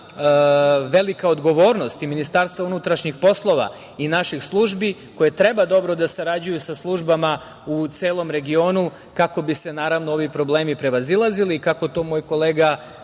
velika odgovornost i MUP i naših službi, koje treba dobro da sarađuju sa službama u celom regionu kako bi se, naravno, ovi problemi prevazilazili. Kako to moj kolega